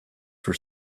for